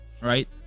right